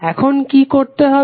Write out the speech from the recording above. এখন কি করতে হবে